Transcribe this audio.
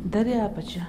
dar į apačią